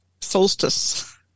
solstice